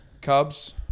Cubs